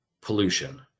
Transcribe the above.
pollution